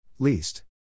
Least